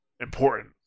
important